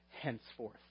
henceforth